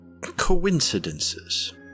coincidences